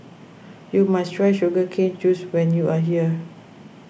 you must try Sugar Cane Juice when you are here